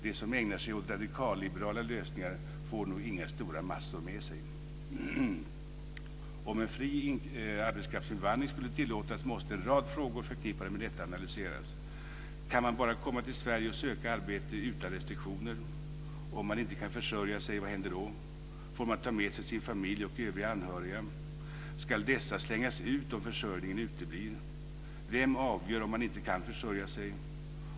De som ägnar sig år radikalliberala lösningar får nog inga stora massor med sig. Om en fri arbetskraftsinvandring ska tillåtas måste en rad frågor förknippade med detta analyseras. Kan man bara komma till Sverige och söka arbete utan restriktioner? Vad händer om man inte kan försörja sig? Får man ta med sig sin familj och övriga anhöriga? Ska dessa slängas ut om försörjningen uteblir? Vem avgör om man inte kan försörja sig?